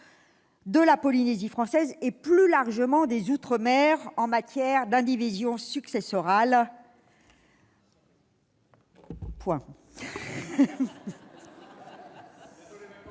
de la Polynésie française, et plus largement des outre-mer, en matière d'indivision successorale, mais